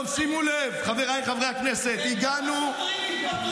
ואני במקום האנשים האלה הייתי אומר